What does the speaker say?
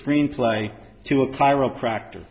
screenplay to a chiropractor